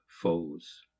foes